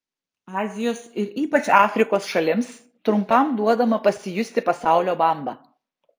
azijos ir ypač afrikos šalims trumpam duodama pasijusti pasaulio bamba